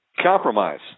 compromise